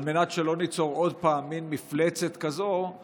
על מנת שלא ניצור עוד פעמים מין מפלצת כזאת,